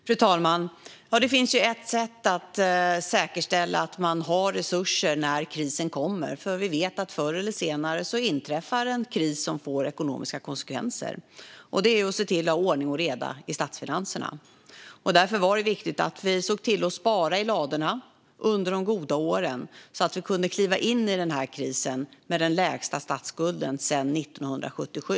Fru talman! Det finns ett sätt att säkerställa att man har resurser när krisen kommer. Vi vet att förr eller snare inträffar en kris som får ekonomiska konsekvenser. Det handlar om att se till att ha ordning och reda i statsfinanserna. Därför var det viktigt att vi såg till att spara i ladorna under de goda åren, så att vi kunde kliva in i den här krisen med den lägsta statsskulden sedan 1977.